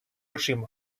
очима